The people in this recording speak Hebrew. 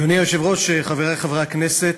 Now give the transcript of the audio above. אדוני היושב-ראש, חברי חברי הכנסת,